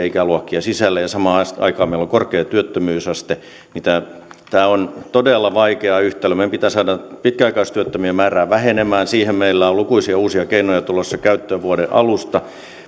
ikäluokkia sisälle ja samaan aikaan meillä on korkea työttömyysaste niin tämä on todella vaikea yhtälö meidän pitää saada pitkäaikaistyöttömien määrä vähenemään siihen meillä on lukuisia uusia keinoja tulossa käyttöön vuoden alusta